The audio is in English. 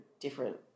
different